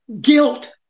guilt